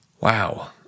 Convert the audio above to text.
Wow